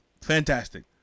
Fantastic